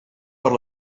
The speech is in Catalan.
per